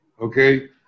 okay